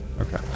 Okay